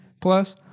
Plus